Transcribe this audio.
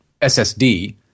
SSD